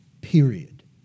period